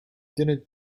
didn’t